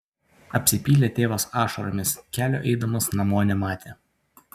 apsipylė tėvas ašaromis kelio eidamas namo nematė